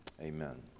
Amen